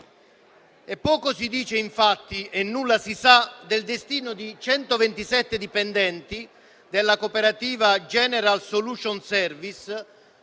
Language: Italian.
Poco si dice, infatti, e nulla si sa del destino di 127 dipendenti della cooperativa General solution service,